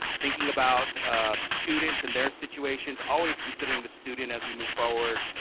thinking about students and their situations, always considering the student as we move forward.